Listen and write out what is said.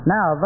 Now